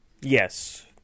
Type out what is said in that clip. Yes